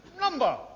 number